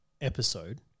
episode